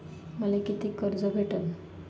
मले कितीक कर्ज भेटन?